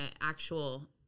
actual